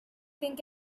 think